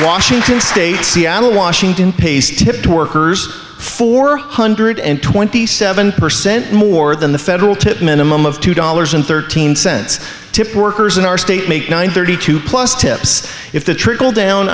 washington pace tipped workers four hundred and twenty seven percent more than the federal tipped minimum of two dollars and thirteen cents tip workers in our state make nine thirty two plus tips if the trickle down